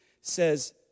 says